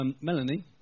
Melanie